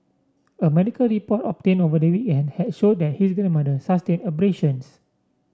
a medical report obtained over the weekend had showed that his grandmother sustained abrasions